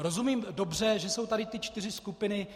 Rozumím dobře, že jsou tady ty čtyři skupiny.